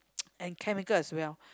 and chemical as well